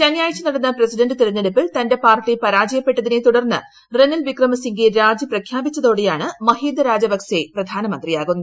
ശനിയാഴ്ച നടന്ന പ്രസിഡന്റ് തെരഞ്ഞെടുപ്പിൽ തന്റെ പാർട്ടി പരാജയപ്പെട്ടതിനെ തുടർന്ന് റെനിൽ വിക്രമസിംഗെ രാജി പ്രഖ്യാപിച്ചതോടെയാണ്മഹീന്ദ രാജപക്സെ പ്രധാനമന്ത്രിയാവുന്നത്